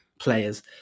Players